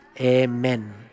amen